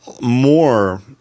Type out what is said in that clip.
more